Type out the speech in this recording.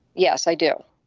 yes, i do.